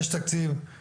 יש תקציבים,